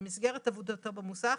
במסגרת עבודתו במוסך,